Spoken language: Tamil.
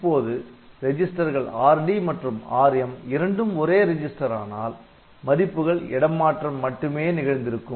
இப்போது ரெஜிஸ்டர்கள் Rd மற்றும் Rm இரண்டும் ஒரே ரெஜிஸ்டர் ஆனால் மதிப்புகள் இடமாற்றம் மட்டுமே நிகழ்ந்திருக்கும்